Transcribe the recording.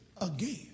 Again